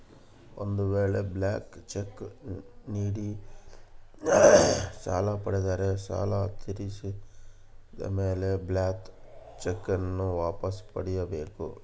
ಒಂದು ವೇಳೆ blank cheque ನೀಡಿ ಸಾಲ ಪಡೆದಿದ್ದರೆ ಸಾಲ ತೀರಿದ ಮೇಲೆ ಬ್ಲಾಂತ್ ಚೆಕ್ ನ್ನು ವಾಪಸ್ ಪಡೆಯ ಬೇಕು